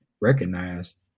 recognized